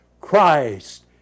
Christ